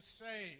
say